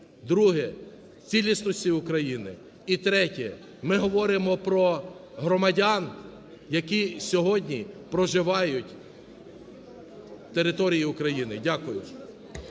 друге – цілісності України і третє – ми говоримо про громадян, які сьогодні проживають на території України. Дякую.